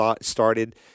started